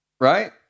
Right